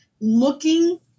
looking